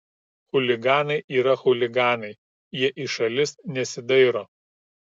chuliganai yra chuliganai jie į šalis nesidairo